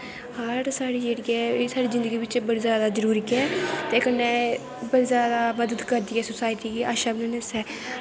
art जेह्ड़ी साढ़ी ऐ एह् साढ़ी जिन्दगी बिच्च बड़ी जादा जरूरी ऐ ते कन्नै बड़ी जादा मदद करदी ऐ सोसाईटी गी अच्चा बनानै आस्तै